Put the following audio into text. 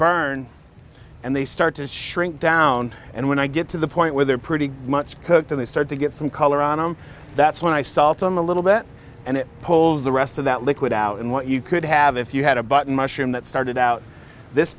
burn and they start to shrink down and when i get to the point where they're pretty much cooked and they start to get some color on them that's when i saw it on the little bit and it pulls the rest of that liquid out and what you could have if you had a button mushroom that started out this